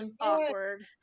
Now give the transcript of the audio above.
awkward